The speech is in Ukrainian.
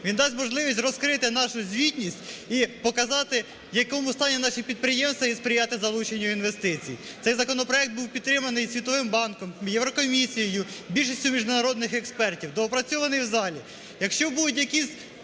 Він дасть можливість розкрити нашу звітність і показати, в якому стані наші підприємства, і сприяти залученню інвестицій. Цей законопроект був підтриманий Світовим банком, Єврокомісією, більшістю міжнародних експертів, доопрацьований в залі.